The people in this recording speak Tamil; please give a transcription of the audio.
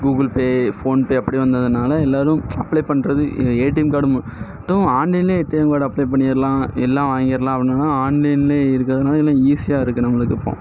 கூகுள் பே ஃபோன்பே அப்படி வந்ததனால எல்லாரும் அப்ளை பண்ணுறது ஏடிஎம் கார்டு மட்டும் ஆன்லைன்லேயே ஏடிஎம் கார்டு அப்ளை பண்ணிடலாம் எல்லாம் பண்ணிடலாம் அப்படினோன ஆன்லைன்லயே இருக்கிறதுனால எல்லாம் ஈஸியாக இருக்குது நம்மளுக்கு இப்போது